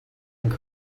and